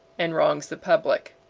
and wrongs the public.